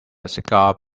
cigar